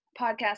podcast